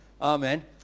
Amen